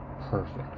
perfect